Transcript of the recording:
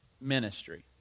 ministry